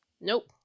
Nope